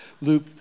Luke